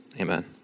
Amen